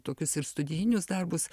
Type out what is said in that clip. tokius ir studijinius darbus